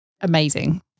amazing